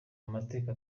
amateka